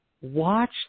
watch